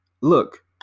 look